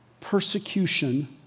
persecution